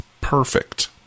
perfect